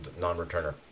non-returner